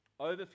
over